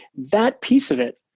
that piece of it,